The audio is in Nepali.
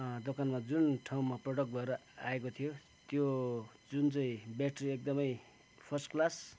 दोकानमा जुन ठाउँमा प्रडक्ट भएर आएको थियो त्यो जुन चाहिँ ब्याट्री एकदमै फर्स्ट क्लास